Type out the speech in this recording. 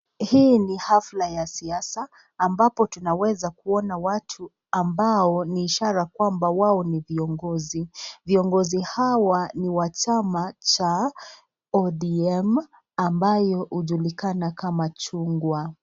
Hii ni afla ya siasa ambapo tunaweza kuona watu ambao ni ishara kwamba wao ni viongozi. Viongozi hawa ni wa chama cha ODM, ambayo ujulikana kama chungwa.